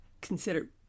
consider